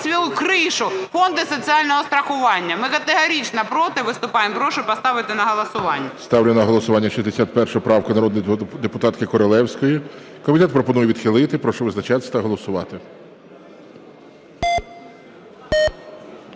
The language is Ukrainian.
свою кришу, фонди соціального страхування. Ми категорично проти виступаємо. І прошу поставити на голосування. ГОЛОВУЮЧИЙ. Ставлю на голосування 61 правку народної депутатки Королевської. Комітет пропонує відхилити. Прошу визначатись та голосувати.